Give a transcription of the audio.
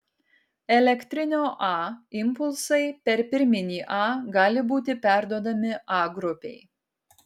elektrinio a impulsai per pirminį a gali būti perduodami a grupei